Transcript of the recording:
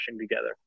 together